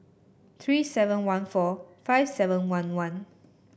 three seven one four five seven one one